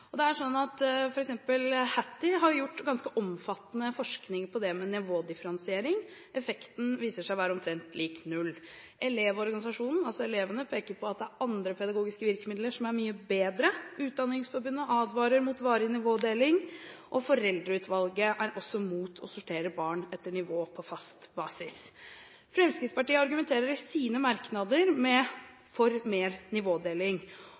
har Hattie gjort ganske omfattende forskning på nivådifferensiering. Effekten viser seg å være omtrent lik null. Elevorganisasjonen – altså elevene – peker på at det er andre pedagogiske virkemidler som er mye bedre. Utdanningsforbundet advarer mot varig nivådeling, og foreldreutvalget er også mot å sortere barn etter nivå på fast basis. Fremskrittspartiet argumenterer i sine merknader for mer nivådeling.